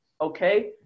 okay